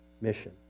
mission